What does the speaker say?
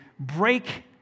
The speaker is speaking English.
Break